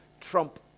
trump